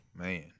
man